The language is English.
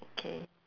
okay